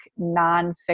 nonfiction